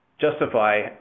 justify